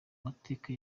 mateka